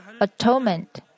atonement